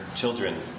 children